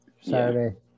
Saturday